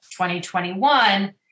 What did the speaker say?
2021